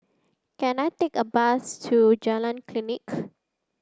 can I take a bus to Jalan Klinik